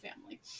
Family